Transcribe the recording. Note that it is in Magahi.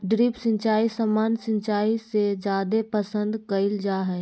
ड्रिप सिंचाई सामान्य सिंचाई से जादे पसंद कईल जा हई